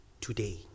today